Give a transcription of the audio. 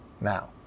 now